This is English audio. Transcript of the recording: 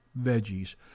veggies